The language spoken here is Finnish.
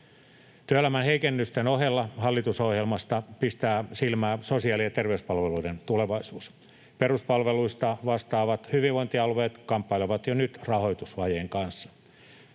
Työelämän heikennysten ohella hallitusohjelmasta pistää silmään sosiaali- ja terveyspalveluiden tulevaisuus. Peruspalveluista vastaavat hyvinvointialueet kamppailevat jo nyt rahoitusvajeen kanssa.